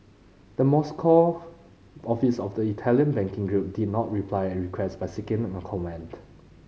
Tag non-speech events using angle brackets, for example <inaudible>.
the Moscow office of the Italian banking group did not reply a request <unintelligible> seeking a comment